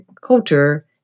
culture